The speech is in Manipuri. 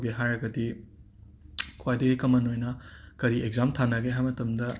ꯇꯧꯒꯦ ꯍꯥꯏꯔꯒꯗꯤ ꯈ꯭ꯋꯥꯏꯗꯒꯤ ꯀꯃꯟ ꯑꯣꯏꯅ ꯀꯔꯤ ꯑꯦꯛꯖꯥꯝ ꯊꯥꯅꯒꯦ ꯍꯥꯏ ꯃꯇꯝꯗ